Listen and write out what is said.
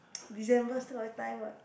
December still got time what